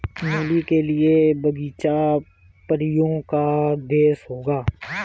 मूली के लिए बगीचा परियों का देश होगा